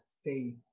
stay